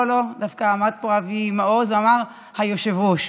לא, לא, דווקא עמד פה אבי מעוז ואמר: היושב-ראש.